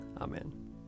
Amen